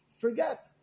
forget